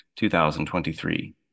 2023